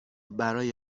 برای